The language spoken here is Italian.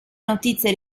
notizie